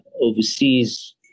overseas